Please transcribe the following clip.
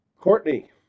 Courtney